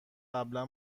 قبلا